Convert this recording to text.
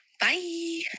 bye